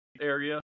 area